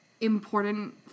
important